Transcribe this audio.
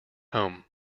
home